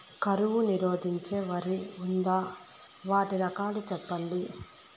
కరువు నిరోధించే వరి ఉందా? వాటి రకాలు చెప్పండి?